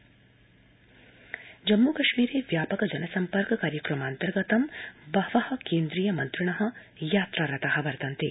जम्म मन्त्रिण यात्रा जम्म् कश्मीरे व्यापक जन सम्पर्क कार्यक्रमान्तर्गतं बहव केन्द्रीय मन्द्रिण यात्रारता वर्तन्ते